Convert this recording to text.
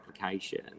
application